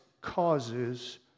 Causes